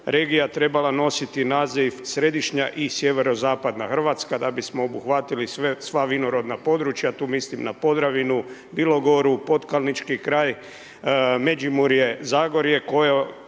regija trebala nositi naziv središnja i sjeverozapadna Hrvatska da bismo obuhvatili sva vinorodna područja, tu mislim na Podravinu, Bilogoru, Pokajnički kraj, Međimurje, Zagorje,